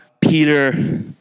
Peter